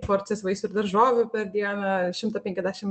porcijas vaisių ir daržovių per dieną šimtą penkiasdešim